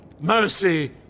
mercy